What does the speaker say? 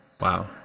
Wow